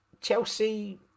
Chelsea